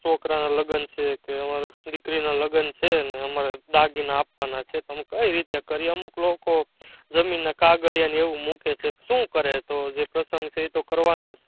છોકરાનાં લગ્ન છે કે અમારે દીકરીનાં લગ્ન છે ને અમારે દાગીના આપવાના છે તો અમે કઈ રીતે કરીએ અમુક લોકો જમીનના કાગળિયા ને એવું મૂકે છે કે શું કરે તો જે પ્રસંગ છે એ તો કરવાના જ